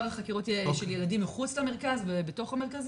חקירות הילדים מחוץ למרכז ובתוך המרכזים.